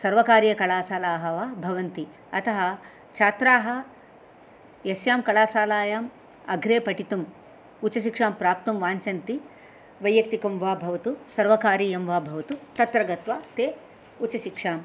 सर्वकारीयकलाशालाः वा भवन्ति अतः छात्राः यस्यां कळासालायां अग्रे पठितुम् उच्चशिक्षां प्राप्तुं वाञ्चन्ति वैयक्तिकं वा भवतु सर्वकारीयम वा भवतु तत्र गत्वा ते उच्चशिक्षां